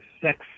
Sex